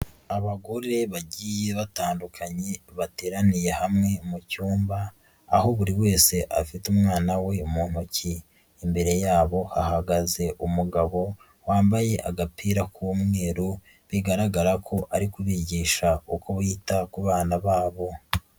Abagore bagiye batandukanye bateraniye hamwe mu cyumba aho buri wese afite umwana we mu ntoki, imbere yabo hagaze umugabo wambaye agapira k'umweru bigaragara ko ari kubigisha uko wita ku bana babo.